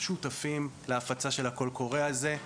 שותפים להפצה של הקול קורא הזה.